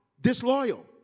disloyal